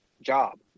job